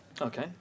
Okay